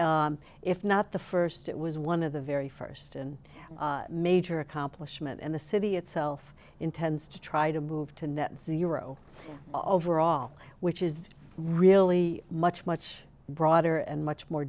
energy if not the first it was one of the very first and major accomplishment in the city itself intends to try to move to net zero overall which is really much much broader and much more